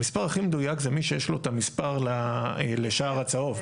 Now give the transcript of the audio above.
המספר הכי מדויק זה מי שיש לו את המספר לשער הצהוב.